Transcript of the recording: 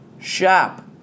shop